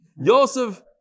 Yosef